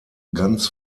ganz